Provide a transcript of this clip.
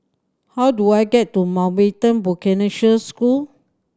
how do I get to Mountbatten Vocational School